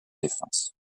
défense